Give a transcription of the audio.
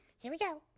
here we go.